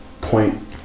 point